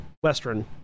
Western